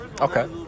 Okay